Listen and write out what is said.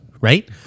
right